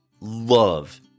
love